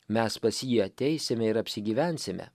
mes pas jį ateisime ir apsigyvensime